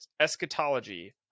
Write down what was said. eschatology